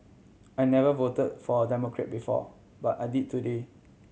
I never vote for a Democrat before but I did today